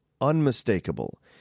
unmistakable